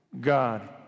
God